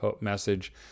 message